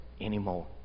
anymore